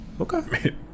Okay